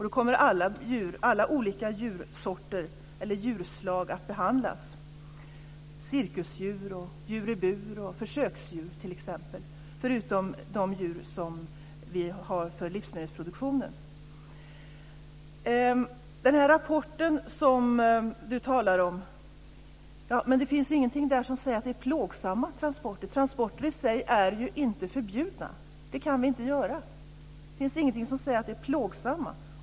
Då kommer alla olika djurslag att behandlas - t.ex. cirkusdjur, djur i bur och försöksdjur, förutom de djur vi har för livsmedelsproduktion. I den rapport som Gudrun Lindvall talar om finns det ingenting som säger att det är plågsamma transporter. Transporter i sig är ju inte förbjudna. Det kan vi inte göra. Det finns ingenting som säger att de är plågsamma.